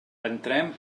entrem